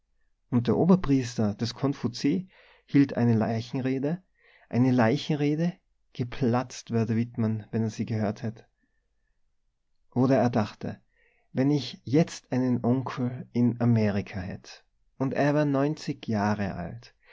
und der oberpriester des konfutse hielt eine leichenrede eine leichenrede geplatzt wär der wittmann wenn er sie gehört hätt oder er dachte wenn ich jetzt einen onkel in amerika hätt und er wär neunzig jahre alt